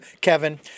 Kevin